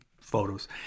photos